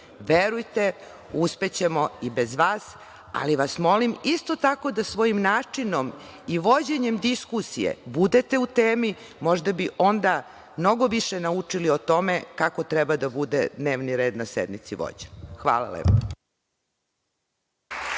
Verujte, uspećemo i bez vas, ali vas molim isto tako da svojim načinom i vođenjem diskusije budete u temi možda bi onda mnogo više naučili o tome kako treba da bude dnevni red na sednici vođen. Hvala lepo.